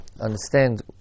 understand